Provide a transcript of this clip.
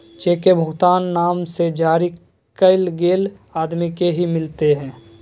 cheque के भुगतान नाम से जरी कैल गेल आदमी के ही मिलते